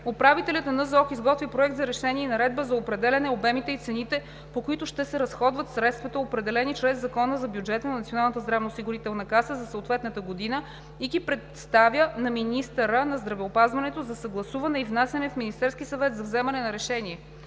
управителят на НЗОК изготвя проект за решение и наредба за определяне обемите и цените, по които ще се разходват средствата, определени чрез Закона за бюджета на Националната здравноосигурителна каса за съответната година и ги представя на министъра на здравеопазването за съгласуване и внасяне в Министерския съвет за вземане на решение.